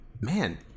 Man